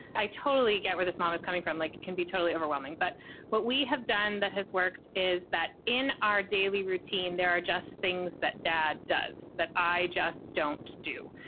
i totally get where this mom is coming from. it like can be totally overwhelming. but what we have done that has worked is that in our daily routine, there are just things that dad does that i just don't do.